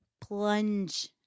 plunge